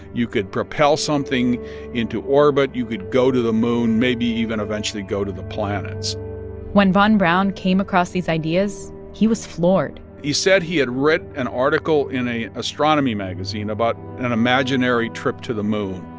you could propel something into orbit. you could go to the moon, maybe even eventually go to the planets when von braun came across these ideas, he was floored he said he had read an article in a astronomy magazine about an imaginary trip to the moon.